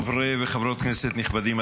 חברי וחברות כנסת נכבדים,